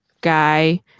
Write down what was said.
guy